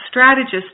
strategist